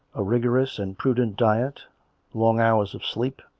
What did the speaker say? a rigorous and prudent diet long hours of sleep,